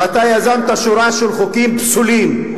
ואתה יזמת שורה של חוקים פסולים,